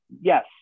yes